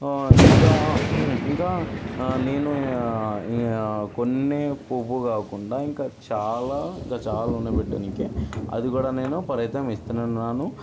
ఇంకా ఇంకా నేను కొన్ని పువ్వు కాకుండా ఇంకా చాలా ఇంకా చాలా ఉన్నాయి పెట్టడానికి అది కూడా నేను ప్రయత్నం ఇస్తూనే ఉన్నాను